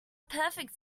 perfect